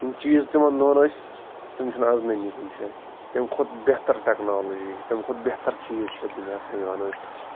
یِم چیٖز تِمَن دۄہن ٲسۍ تِم چھِنہٕ اَز نٔنی کُنہِ جایہِ تَمہِ کھۄتہٕ بہتر ٹٮ۪کنالجی چھِ تَمہِ کھۄتہٕ بہتر چیٖز چھِ یَتھ دُنیاہَس منٛز یِوان أتھۍ